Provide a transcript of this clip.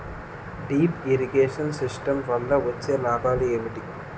Drip irrigation system వల్ల వచ్చే లాభాలు ఏంటి?